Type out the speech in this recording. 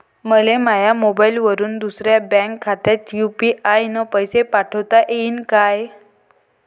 मले माह्या मोबाईलवरून दुसऱ्या बँक खात्यात यू.पी.आय न पैसे पाठोता येईन काय?